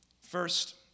First